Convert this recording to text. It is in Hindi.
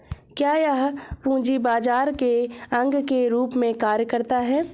क्या यह पूंजी बाजार के अंग के रूप में कार्य करता है?